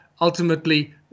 ultimately